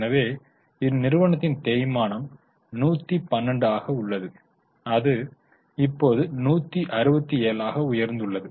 எனவே இந்நிறுவனத்தின் தேய்மானம் 112 ஆக உள்ளது அது இப்போது 167 ஆக உயர்ந்துள்ளது